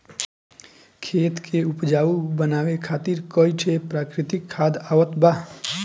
खेत के उपजाऊ बनावे खातिर कई ठे प्राकृतिक खाद आवत बा